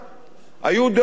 היו דעות שונות,